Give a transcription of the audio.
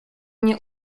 nie